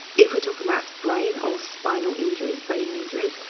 if we talk about brain or spinal injury, bone injuries,